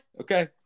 Okay